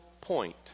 point